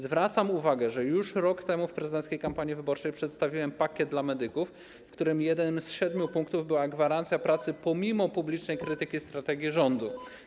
Zwracam uwagę, że już rok temu w prezydenckiej kampanii wyborczej przedstawiłem pakiet dla medyków, w którym jednym z siedmiu punktów była gwarancja pracy pomimo publicznej krytyki strategii rządu.